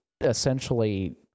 essentially